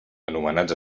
anomenats